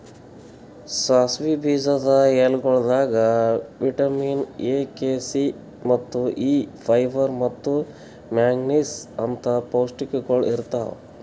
ಸಾಸಿವಿ ಬೀಜದ ಎಲಿಗೊಳ್ದಾಗ್ ವಿಟ್ಯಮಿನ್ ಎ, ಕೆ, ಸಿ, ಮತ್ತ ಇ, ಫೈಬರ್ ಮತ್ತ ಮ್ಯಾಂಗನೀಸ್ ಅಂತ್ ಪೌಷ್ಟಿಕಗೊಳ್ ಇರ್ತಾವ್